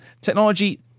technology